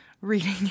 reading